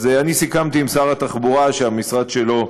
אז אני סיכמתי עם שר התחבורה שהמשרד שלו,